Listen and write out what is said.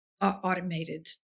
automated